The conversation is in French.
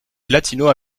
latino